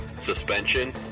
suspension